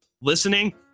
listening